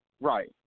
Right